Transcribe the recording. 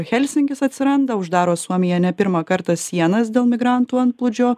helsinkis atsiranda uždaro suomija ne pirmą kartą sienas dėl migrantų antplūdžio